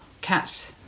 Cats